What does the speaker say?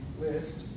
list